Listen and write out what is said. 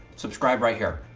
subscribe right here.